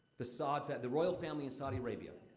the saud fam the royal family in saudi arabia.